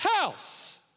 house